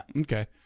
Okay